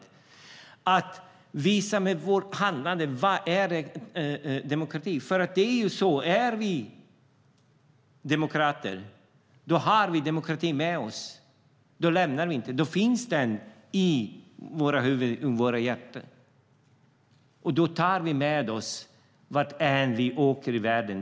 Vi ska visa med vårt handlande vad demokrati är, för är vi demokrater har vi demokrati med oss. Då finns den i våra huvuden och våra hjärtan, och då tar vi demokratin med oss vart än vi åker i världen.